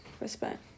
respect